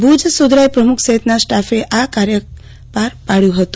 ભુજ સુધરાઇ પ્રમુખ સફિતના સ્ટાફે આ કાર્ય પાર પાડયું હતું